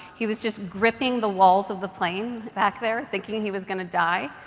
he was just gripping the walls of the plane back there, thinking he was going to die.